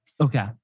Okay